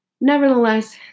Nevertheless